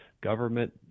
government